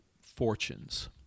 fortunes